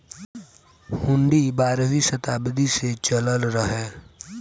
हुन्डी बारहवीं सताब्दी से चलल रहे